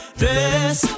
dress